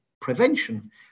prevention